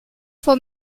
for